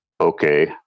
okay